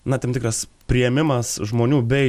na tam tikras priėmimas žmonių bei